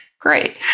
Great